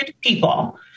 people